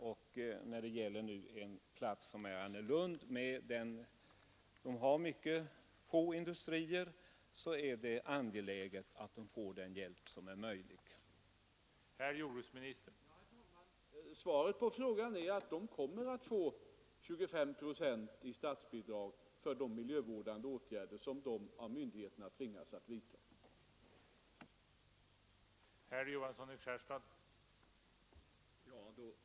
Och när det gäller en plats som Mariannelund, som har mycket få industrier, är det angeläget att företagen får den hjälp som är möjlig att ge.